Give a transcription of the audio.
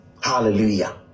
Hallelujah